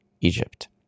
Egypt